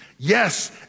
Yes